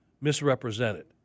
misrepresented